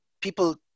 people